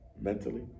mentally